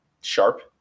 sharp